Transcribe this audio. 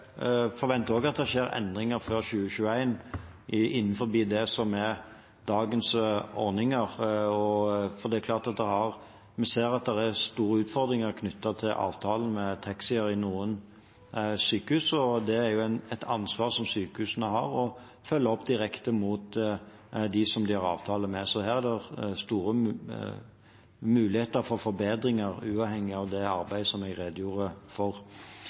at det skjer endringer før 2021 innenfor det som er dagens ordninger. Det er klart vi ser store utfordringer knyttet til avtalen med taxi ved noen sykehus, og det er et ansvar sykehusene har: å følge opp direkte dem de har avtaler med. Her er det store muligheter for forbedringer, uavhengig av det arbeidet jeg redegjorde for.